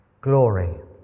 Glory